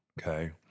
Okay